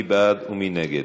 מי בעד ומי נגד?